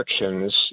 restrictions